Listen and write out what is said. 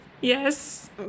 yes